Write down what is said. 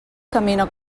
camina